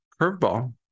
curveball